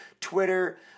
Twitter